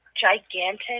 gigantic